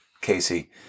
Casey